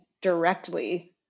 directly